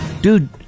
Dude